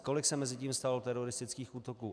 Kolik se mezitím stalo teroristických útoků?